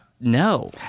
No